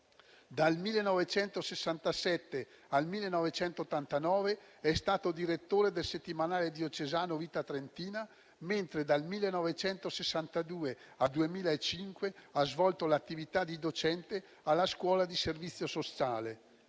Dal 1967 al 1989 è stato direttore del settimanale diocesano «Vita Trentina», mentre dal 1962 al 2005 ha svolto l'attività di docente alla Scuola di servizio sociale.